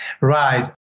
Right